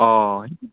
অঁ